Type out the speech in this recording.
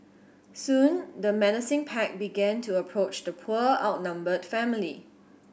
soon the menacing pack began to approach the poor outnumbered family